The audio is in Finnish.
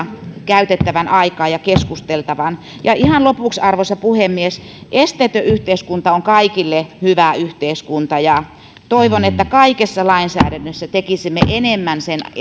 käytettävän aikaa ja niistä keskusteltavan ihan lopuksi arvoisa puhemies esteetön yhteiskunta on kaikille hyvä yhteiskunta ja toivon että kaikessa lainsäädännössä tekisimme enemmän sen